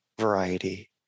variety